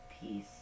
peace